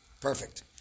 perfect